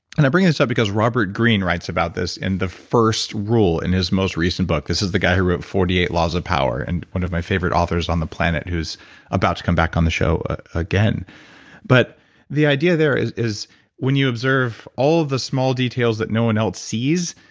and i bring this up because robert greene writes about this in the first rule in his most recent book. this is the guy who wrote forty eight laws of power, and one of my favorite authors on the planet, who's about to come back on the show again but the idea there is, when you observe all of the small details that no one else sees,